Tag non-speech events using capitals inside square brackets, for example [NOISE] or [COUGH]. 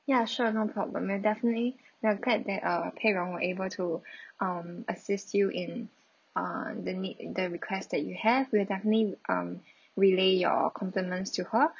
ya sure no problem we'll definitely we are glad that uh pei rong were able to [BREATH] um assist you in uh the need the request that you have we'll definitely um relay your compliments to her